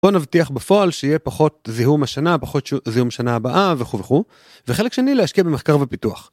בוא נבטיח בפועל שיהיה פחות זיהום השנה, פחות זיהום שנה הבאה, וכו' וכו'. וחלק שני, להשקיע במחקר ובפיתוח.